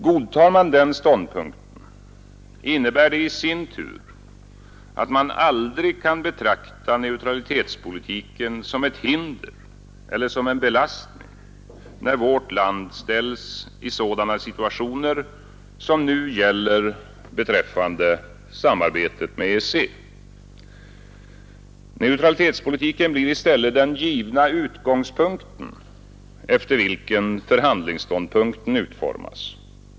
Godtar man den ståndpunkten innebär det i sin tur att man aldrig kan betrakta neutralitetspolitiken som ett hinder eller som en belastning, när vårt land ställs i sådana situationer som nu gäller beträffande samarbetet med EEC. Neutralitetspolitiken blir i stället den givna utgångspunkten efter vilken förhandlingsuppläggningen utformas.